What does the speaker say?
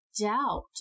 doubt